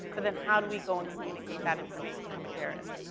but then how do we go and communicate that information and share it.